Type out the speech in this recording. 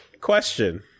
question